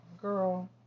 Girl